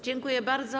Dziękuję bardzo.